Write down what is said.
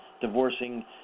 divorcing